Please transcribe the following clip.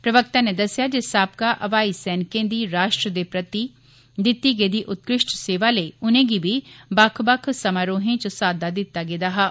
प्रवक्ता नै दस्सेआ जे साबका हवाई सैनिकें दी राश्ट्र दे प्रति दित्ती गेदी उत्कुष्ट सेवा लेईउनें गी बी बक्ख बक्ख समारोहें च साद्वा दित्ता गेदा हा